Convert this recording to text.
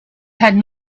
had